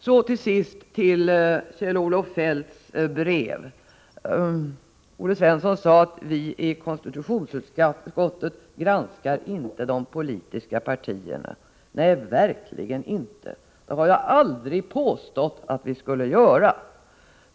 Så några ord om Kjell-Olof Feldts brev. Olle Svensson sade att vi i konstitutionsutskottet inte granskade de politiska partierna. Nej, verkligen inte! Det har jag aldrig påstått att vi skulle göra.